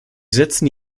setzen